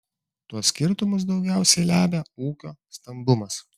tuos skirtumus daugiausiai lemia ūkio stambumas